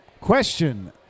question